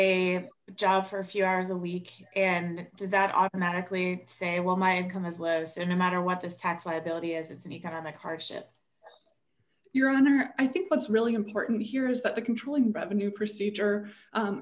a job for a few hours a week and does that automatically say well my income is less in a matter what this tax liability is it's an economic hardship your honor i think what's really important here is that the controlling revenue procedure